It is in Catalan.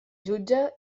jutge